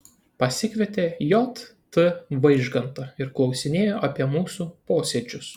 pasikvietė j t vaižgantą ir klausinėjo apie mūsų posėdžius